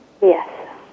Yes